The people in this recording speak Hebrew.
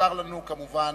נותר לנו, כמובן,